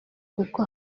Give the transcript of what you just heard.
kuko